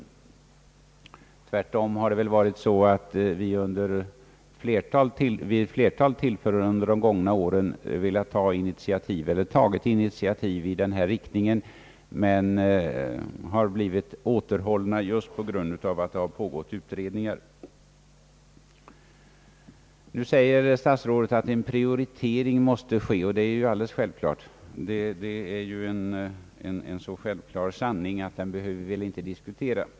Tvärtom har det väl varit så att vi vid ett flertal tillfällen under de gångna åren tagit initiativ i denna riktning men blivit återhållna just på grund av att utredningar pågått. Statsrådet säger att en prioritering måste ske, och det är självklart. Det är en så självklar sanning att den väl inte behöver diskuteras.